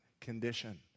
condition